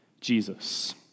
Jesus